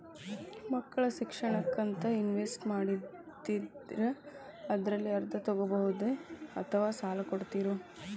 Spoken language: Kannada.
ಮಕ್ಕಳ ಶಿಕ್ಷಣಕ್ಕಂತ ಇನ್ವೆಸ್ಟ್ ಮಾಡಿದ್ದಿರಿ ಅದರಲ್ಲಿ ಅರ್ಧ ತೊಗೋಬಹುದೊ ಅಥವಾ ಸಾಲ ಕೊಡ್ತೇರೊ?